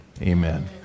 Amen